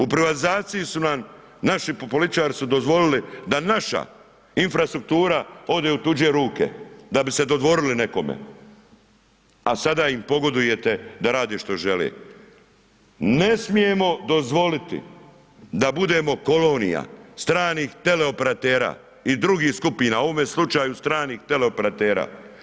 U privatizaciji su nam naši političari su dozvolili da naša infrastruktura ode u tuđe ruke da bi se dodvorili nekome a sada im pogodujete da rade što žele, ne smijemo dozvoliti da budemo kolonija, stranih teleoperatera i drugih skupina u ovome slučaju stranih teleoperatera.